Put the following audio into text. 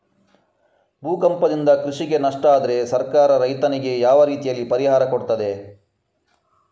ಭೂಕಂಪದಿಂದ ಕೃಷಿಗೆ ನಷ್ಟ ಆದ್ರೆ ಸರ್ಕಾರ ರೈತರಿಗೆ ಯಾವ ರೀತಿಯಲ್ಲಿ ಪರಿಹಾರ ಕೊಡ್ತದೆ?